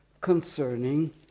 concerning